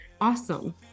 awesome